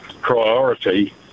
priority